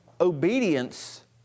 obedience